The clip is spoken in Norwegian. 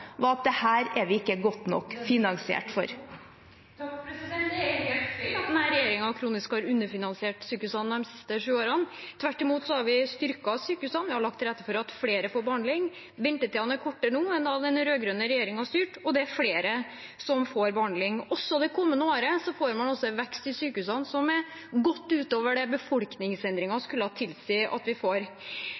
var at dette er vi ikke godt nok finansiert for. Det er helt feil at denne regjeringen kronisk har underfinansiert sykehusene de siste sju årene. Tvert imot har vi styrket sykehusene, vi har lagt til rette for at flere får behandling, ventetidene er kortere nå enn da den rød-grønne regjeringen styrte, og det er flere som får behandling. Også det kommende året får man altså en vekst i sykehusene som er godt utover det befolkningsendringen skulle tilsi at vi får.